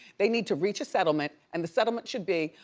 they need to reach a settlement and the settlement should be,